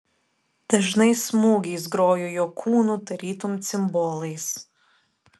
dažnais smūgiais grojo jo kūnu tarytum cimbolais